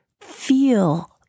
feel